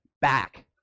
back